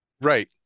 Right